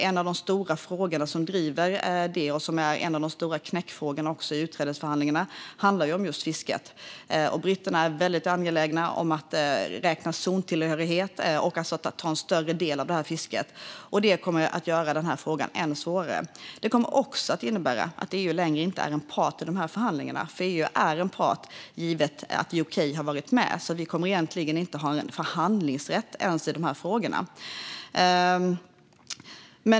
En av de stora frågor som driver detta - och en av de stora knäckfrågorna i utträdesförhandlingarna - är just fisket. Britterna är väldigt angelägna om att räkna zontillhörighet och att ta en större del av detta fiske, och det kommer att göra den här frågan än svårare. Det kommer också att innebära att EU inte längre är en part i dessa förhandlingar, för EU är en part givet att UK har varit med. Vi kommer egentligen inte ens att ha förhandlingsrätt i dessa frågor.